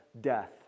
death